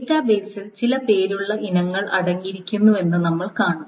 ഡാറ്റാബേസിൽ ചില പേരുള്ള ഇനങ്ങൾ അടങ്ങിയിരിക്കുന്നുവെന്ന് നമ്മൾ കാണും